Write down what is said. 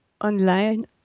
online